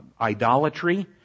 idolatry